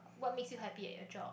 what makes you happy at your job